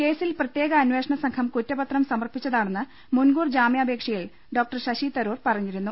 കേസിൽ പ്രത്യേക അന്വേഷണസംഘം കുറ്റപത്രം സമർപ്പിച്ചതാണെന്ന് മുൻകൂർ ജാമ്യാ പേക്ഷ യിൽ ഡോ ശശിതരൂർ പറഞ്ഞിരുന്നു